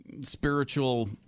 spiritual